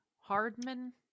Hardman